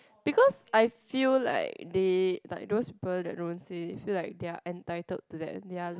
because I feel like they like those people that don't say feel like they are entitled to that the others